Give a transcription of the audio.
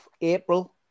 April